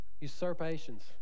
Usurpations